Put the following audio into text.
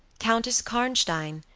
countess karnstein,